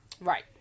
Right